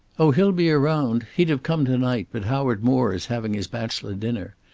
oh, he'll be around. he'd have come to-night, but howard moore is having his bachelor dinner.